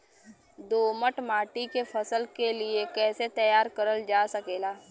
दोमट माटी के फसल के लिए कैसे तैयार करल जा सकेला?